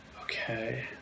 Okay